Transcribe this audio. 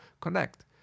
connect